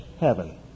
heaven